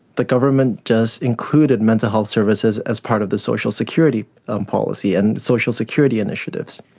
the government just included mental health services as part of the social security um policy and social security initiatives.